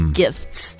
gifts